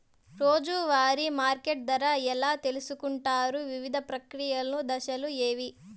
రోజూ వారి మార్కెట్ ధర ఎలా తెలుసుకొంటారు వివిధ ప్రక్రియలు దశలు ఏవి?